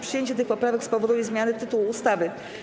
Przyjęcie tych poprawek spowoduje zmianę tytułu ustawy.